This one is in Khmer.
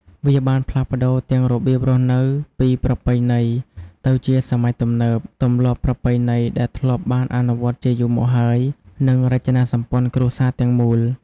វាបានផ្លាស់ប្ដូរទាំងរបៀបរស់នៅពីប្រពៃណីទៅជាសម័យទំនើប ទម្លាប់ប្រពៃណីដែលធ្លាប់បានអនុវត្តជាយូរមកហើយ និងរចនាសម្ព័ន្ធគ្រួសារទាំងមូល។